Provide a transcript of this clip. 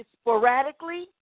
sporadically